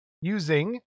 using